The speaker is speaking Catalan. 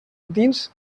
dins